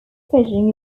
fishing